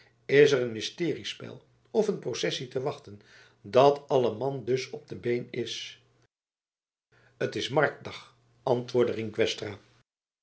er een mysteriespel of een processie te wachten dat alle man dus op de been is t is marktdag antwoordde rienk westra